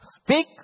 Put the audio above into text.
speak